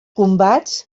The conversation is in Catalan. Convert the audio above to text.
combats